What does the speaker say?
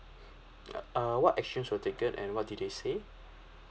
uh uh what actions were taken and what did they say